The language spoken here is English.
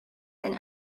and